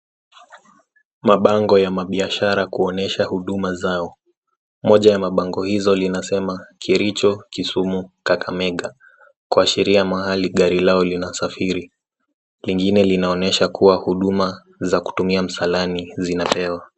Mabango ya mabiashara kuonesha huduma zao. Moja ya mabango hizo linasema Kericho, Kisumu, Kakamega, kuashiria mahali gari lao linasafiri. Lingine linaonyesha kuwa huduma za kutumia msalani zinapewa.